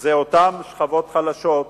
זה אותן שכבות חלשות,